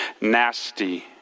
nasty